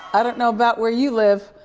i don't know about where you live,